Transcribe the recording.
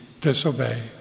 disobey